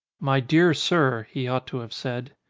my dear sir he ought to have said,